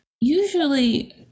usually